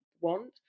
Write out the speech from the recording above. want